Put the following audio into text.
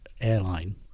airline